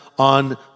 On